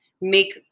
make